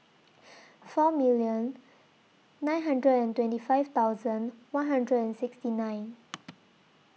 four million nine hundred and twenty five thousand one hundred and sixty nine